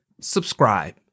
subscribe